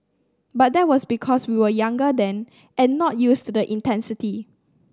but that was because we were younger then and not used to the intensity